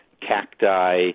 cacti